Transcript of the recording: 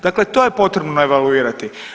Dakle, to je potrebno evaluirati.